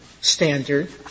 standard